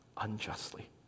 unjustly